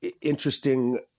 interesting